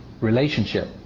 relationship